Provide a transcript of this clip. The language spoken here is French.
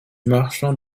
marchand